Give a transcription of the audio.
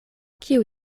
kiu